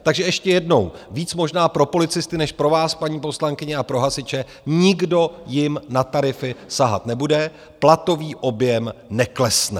Takže ještě jednou, víc možná pro policisty než pro vás, paní poslankyně, a pro hasiče, nikdo jim na tarify sahat nebude, platový objem neklesne.